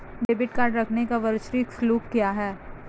Debit card रखने का वार्षिक शुल्क क्या है?